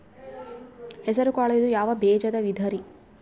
ಹೆಸರುಕಾಳು ಇದು ಯಾವ ಬೇಜದ ವಿಧರಿ?